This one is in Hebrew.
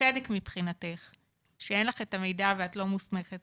ובצדק מבחינתך, שאין לך את המידע ואת לא מוסמכת